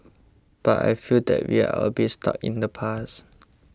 but I feel that we are a bit stuck in the past